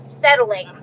settling